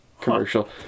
commercial